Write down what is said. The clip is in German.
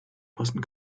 fassen